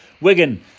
Wigan